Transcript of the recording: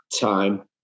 time